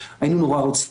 אשאיר את